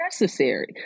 necessary